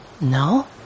No